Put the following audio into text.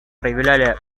проявляли